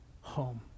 home